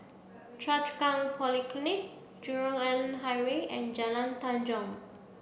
Choa Chu Kang Polyclinic Jurong Island Highway and Jalan Tanjong